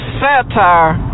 satire